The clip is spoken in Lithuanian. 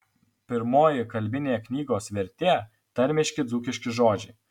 pirmoji kalbinė knygos vertė tarmiški dzūkiški žodžiai